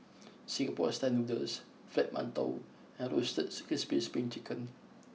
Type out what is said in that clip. Singapore Style Noodles Fried Manton and Roasted Crispy Spring Chicken